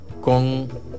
con